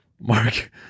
mark